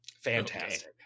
Fantastic